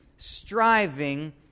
striving